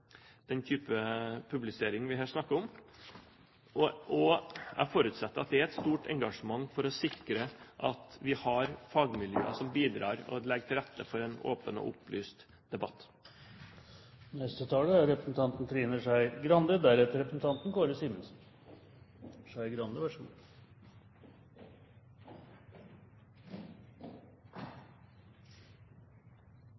publisering vi her snakker om? Jeg forutsetter at det er et stort engasjement for å sikre at vi har fagmiljøer som bidrar og legger til rette for en åpen og opplyst debatt.